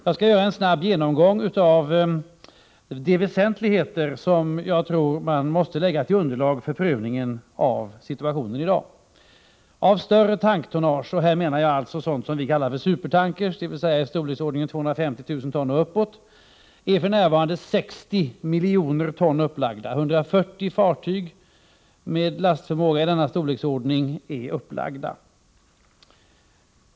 Jag skall göra en snabb genomgång av de väsentligheter som jag tror man måste lägga till grund för prövningen av situationen i dag. Avstörre tanktonnage — här menar jag alltså vad vi kallar för supertankrar, dvs. fartyg i storleksordningen 250 000 ton och uppåt — är för närvarande 60 miljoner ton upplagda. 140 fartyg med lastförmåga i den storleksordningen är upplagda.